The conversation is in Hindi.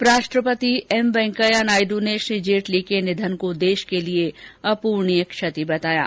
उपराष्ट्रपति एम वेंकैया नायडू ने श्री जेटली के निधन को देश के लिए अपूर्णीय क्षति बताया है